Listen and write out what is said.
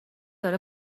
داره